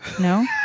No